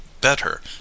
better